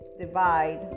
divide